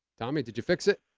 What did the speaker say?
tommy, did you fix it?